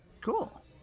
Cool